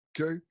Okay